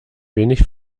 wenig